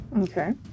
Okay